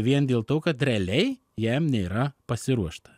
vien dėl to kad realiai jam nėra pasiruošta